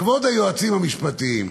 כבוד היועצים המשפטיים,